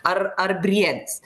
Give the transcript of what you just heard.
ar ar briedis